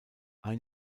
ein